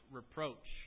reproach